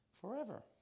Forever